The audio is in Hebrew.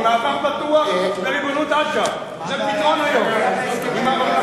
עם מעבר פתוח וריבונות אש"ף, זה פתרון, נכון.